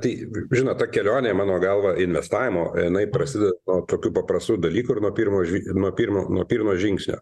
tai žinot toj kelionėj mano galva investavimo jinai prasidėda nuo tokių paprastų dalykų ir nuo pirmo žvi ir nuo pirmo nuo pirmo žingsnio